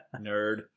Nerd